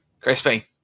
Crispy